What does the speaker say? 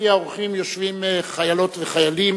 יושבים חיילות וחיילים